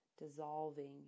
Dissolving